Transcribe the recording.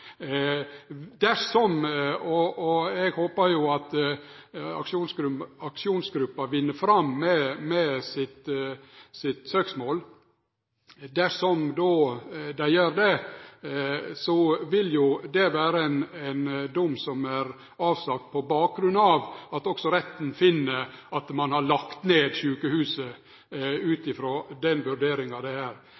Eg håper jo at aksjonsgruppa vinn fram med sitt søksmål. Dersom dei gjer det, vil dommen vere på bakgrunn av at også retten meiner at ein har lagt ned sjukehuset, ut